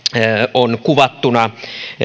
on kuvattuna